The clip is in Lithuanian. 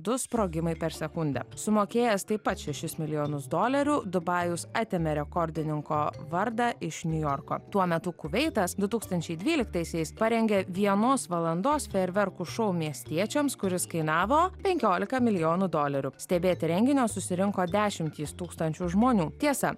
du sprogimai per sekundę sumokėjęs taip pat šešis milijonus dolerių dubajus atėmė rekordininko vardą iš niujorko tuo metu kuveitas du tūkstančiai dvyliktaisiais parengė vienos valandos fejerverkų šou miestiečiams kuris kainavo penkiolika milijonų dolerių stebėti renginio susirinko dešimtys tūkstančių žmonių tiesa